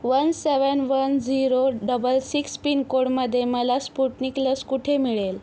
one seven one zero double six पिनकोडमध्ये मला Sputnik लस कुठे मिळेल